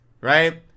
right